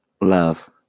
Love